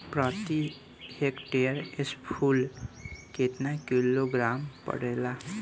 प्रति हेक्टेयर स्फूर केतना किलोग्राम परेला?